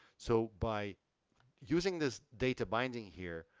so by using this data binding here,